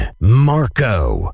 Marco